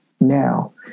now